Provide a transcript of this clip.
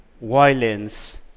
violence